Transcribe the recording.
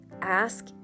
ask